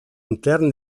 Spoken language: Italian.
interni